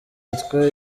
ryitwa